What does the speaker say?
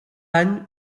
any